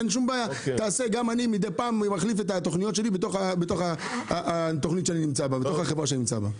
גם אני מחליף מידיי פעם את התוכניות שלי בתוך החברה שאני נמצא בה.